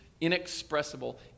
inexpressible